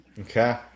Okay